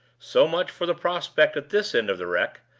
so much for the prospect at this end of the wreck.